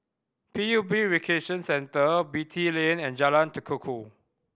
P U B Recreation Centre Beatty Lane and Jalan Tekukor